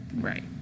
Right